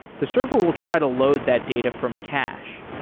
the server will try to load that data from a cache.